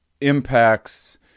impacts